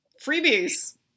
freebies